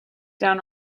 down